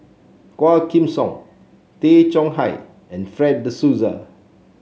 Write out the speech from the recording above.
Quah Kim Song Tay Chong Hai and Fred De Souza